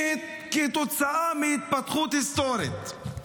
כתוצאה מהתפתחות היסטורית,